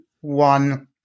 one